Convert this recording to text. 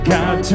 God